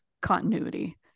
continuity